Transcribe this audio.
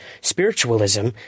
spiritualism